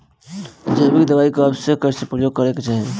जैविक दवाई कब कैसे प्रयोग करे के चाही?